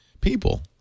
people